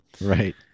Right